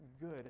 good